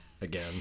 again